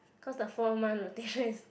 cause the four month rotations is